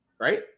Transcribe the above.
right